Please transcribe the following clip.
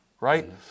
right